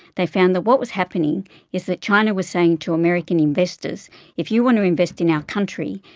they found that what was happening is that china was saying to american investors if you want to invest in our country,